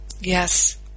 Yes